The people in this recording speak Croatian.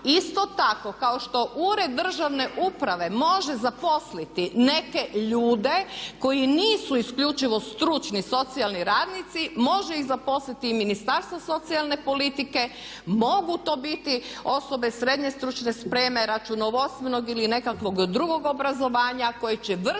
isto tako kao što ured državne uprave može zaposliti neke ljude koji nisu isključivo stručni socijalni radnici može ih zaposliti i Ministarstvo socijalne politike, mogu to biti osobe srednje stručne spreme, računovodstvenog ili nekakvog drugog obrazovanja koje će vršiti